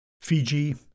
Fiji